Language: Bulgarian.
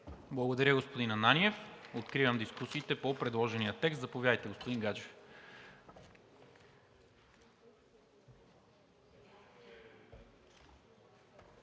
Благодаря, господин Ананиев. Откривам дискусия по предложения текст. Заповядайте, господин Гаджев.